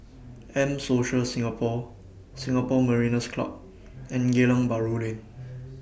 M Social Singapore Singapore Mariners' Club and Geylang Bahru Lane